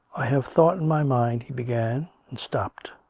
i have thought in my mind he began and stopped,